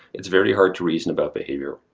it's very hard to reason about behavior.